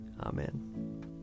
Amen